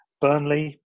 Burnley